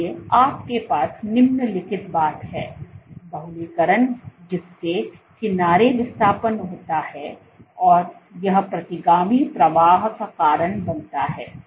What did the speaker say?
इसलिए आपके पास निम्नलिखित बात है बहुलीकरण जिससे किनारे विस्थापन होता है और यह प्रतिगामी प्रवाह का कारण बनता है